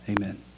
Amen